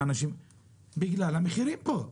בגלל המחירים פה.